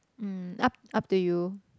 mm up up to you